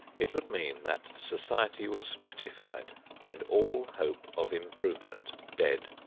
it would mean that society was stratified and all hope of improvement dead.